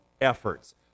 efforts